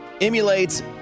emulates